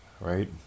right